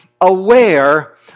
aware